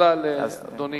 תודה לאדוני.